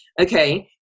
Okay